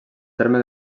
terme